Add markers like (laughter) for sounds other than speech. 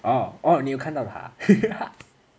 orh orh 你有看到他 (laughs)